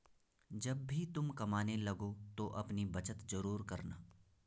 जब भी तुम कमाने लगो तो अपनी बचत जरूर करना